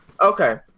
Okay